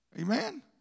Amen